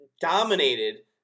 dominated